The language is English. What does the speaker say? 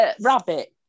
Rabbit